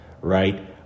Right